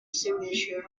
signature